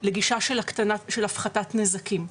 לגישה של הפחתת נזקים,